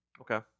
Okay